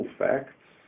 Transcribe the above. facts